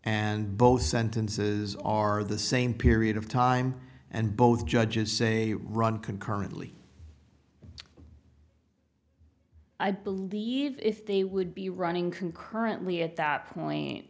and both sentences are the same period of time and both judges say run concurrently i believe if they would be running concurrently at that point